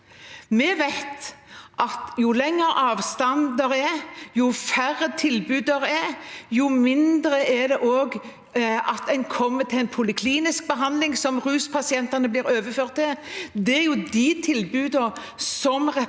Vi vet at jo lengre avstand og jo færre tilbud det er, jo mindre sjanse er det for at en kommer til en poliklinisk behandling som ruspasientene blir overført til. Det er de tilbudene som representanten